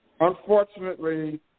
Unfortunately